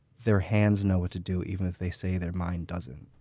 their hands know what to do even if they say their mind doesn't.